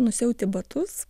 nusiauti batus